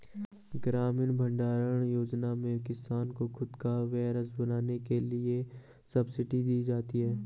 ग्रामीण भण्डारण योजना में किसान को खुद का वेयरहाउस बनाने के लिए सब्सिडी दी जाती है